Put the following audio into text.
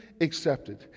accepted